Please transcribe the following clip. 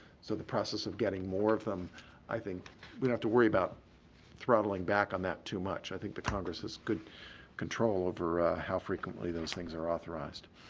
so the process of getting more of them i think we don't have to worry about throttling back on that too much. i think the congress has good control over how frequently those things are authorized.